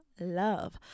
Love